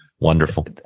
Wonderful